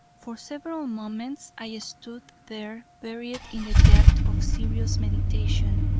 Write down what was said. for several moments i stood there buried in the depth of serious meditation.